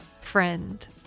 Friend